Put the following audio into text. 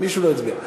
מישהו לא הצביע.